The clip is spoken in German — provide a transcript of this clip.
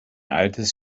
altes